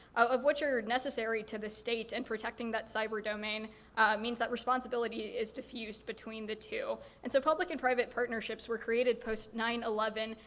of which are necessary to the state. and protecting that cyber domain means that responsibility is diffused between the two. and so public and private partnerships were created post nine eleven,